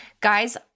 guys